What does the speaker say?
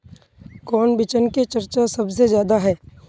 कौन बिचन के चर्चा सबसे ज्यादा है?